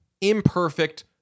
imperfect